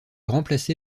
remplacé